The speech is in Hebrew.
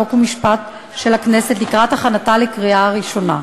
חוק ומשפט של הכנסת לקראת הכנתה לקריאה ראשונה.